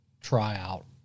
tryout